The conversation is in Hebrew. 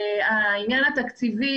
הניצול התקציבי,